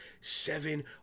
seven